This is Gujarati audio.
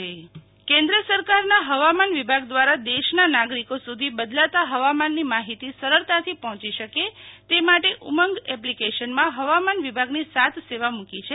શિતલ વૈશ્નવ ઉમંગ એપ કેન્દ્ર સરકારના હવામાન વિભાગ દ્વારા દેશના નાગરિકો સુધી બદલાતા હવામાનની માહિતી સરળતાથી પહોંચી શકે તે માટે ઉમંગ એપ્લિકેશનમાં હવામાન વિભગાની સાત સેવા મૂકી છે